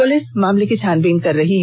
police मामले की छानबीन कर रही है